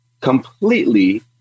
completely